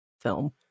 film